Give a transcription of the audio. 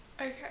Okay